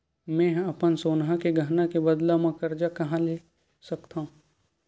मेंहा अपन सोनहा के गहना के बदला मा कर्जा कहाँ ले सकथव?